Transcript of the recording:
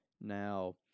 Now